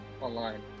online